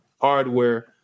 hardware